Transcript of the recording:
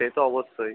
সে তো অবশ্যই